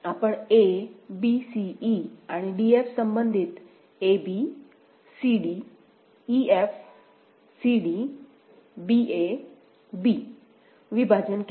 आपण a b c e आणि d f संबंधित a b c d e f c d b a b विभाजन केले